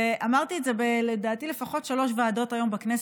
אמרתי את זה לפחות בשלוש ועדות היום בכנסת,